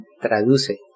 traduce